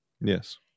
Yes